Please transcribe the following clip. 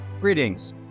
Greetings